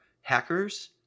hackers